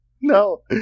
No